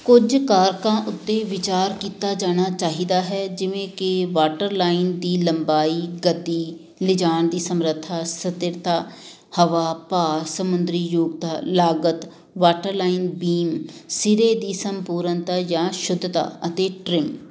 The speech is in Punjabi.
ਕੁੱਝ ਕਾਰਕਾਂ ਉੱਤੇ ਵਿਚਾਰ ਕੀਤਾ ਜਾਣਾ ਚਾਹੀਦਾ ਹੈ ਜਿਵੇਂ ਕਿ ਵਾਟਰਲਾਈਨ ਦੀ ਲੰਬਾਈ ਗਤੀ ਲਿਜਾਉਣ ਦੀ ਸਮਰੱਥਾ ਸਥਿਰਤਾ ਹਵਾ ਭਾਰ ਸਮੁੰਦਰੀ ਯੋਗਤਾ ਲਾਗਤ ਵਾਟਰਲਾਈਨ ਬੀਮ ਸਿਰੇ ਦੀ ਸੰਪੂਰਨਤਾ ਜਾਂ ਸ਼ੁੱਧਤਾ ਅਤੇ ਟ੍ਰਿਮ